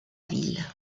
ville